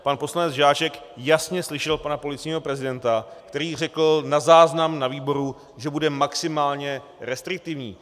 Pan poslanec Žáček jasně slyšel pana policejního prezidenta, který řekl na záznam na výboru, že bude maximálně restriktivní.